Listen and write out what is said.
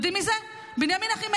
יודעים מי זה בנימין אחימאיר?